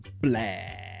black